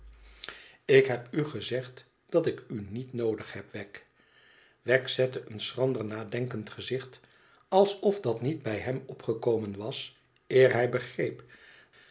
lik heb u gezegd dat ik u niet noodig heb weggj wegg zette een schrander nadenkend gezicht alsofdat niet bij hem opgekomen was eer hij begreep